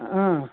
ಹಾಂ